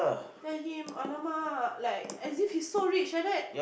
tell him !alamak! like as if he so rich like that